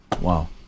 Wow